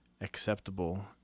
acceptable